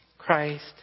Christ